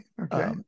Okay